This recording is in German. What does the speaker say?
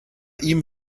ihm